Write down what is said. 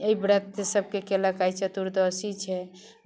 एहि व्रतसभके कयलक आइ चतुर्दशी छै